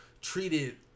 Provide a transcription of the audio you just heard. treated